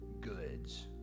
goods